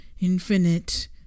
infinite